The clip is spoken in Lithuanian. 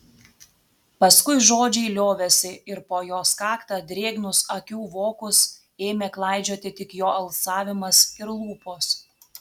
paskui žodžiai liovėsi ir po jos kaktą drėgnus akių vokus ėmė klaidžioti tik jo alsavimas ir lūpos